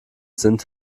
sind